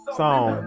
song